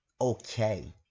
okay